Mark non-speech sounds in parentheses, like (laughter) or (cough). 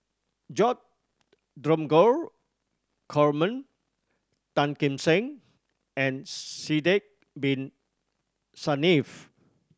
(unintelligible) Dromgold Coleman Tan Kim Seng and Sidek Bin Saniff